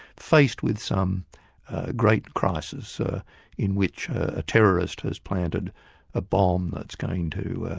faced with some great crisis in which a terrorist has planted a bomb that's going to